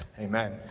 Amen